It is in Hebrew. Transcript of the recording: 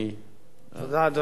אדוני היושב-ראש,